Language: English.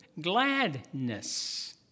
gladness